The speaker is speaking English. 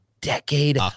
decade